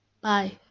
bye